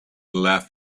left